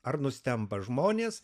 ar nustemba žmonės